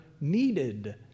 needed